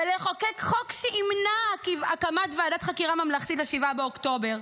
ולחוקק חוק שימנע הקמת ועדת חקירה ממלכתית ל-7 באוקטובר.